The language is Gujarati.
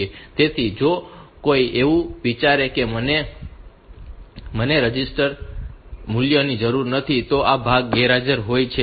તેથી જો કોઈ એવું વિચારે કે મને રજિસ્ટર મૂલ્યોની જરૂર નથી તો આ ભાગ ગેરહાજર હોય છે